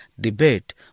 debate